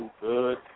good